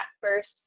first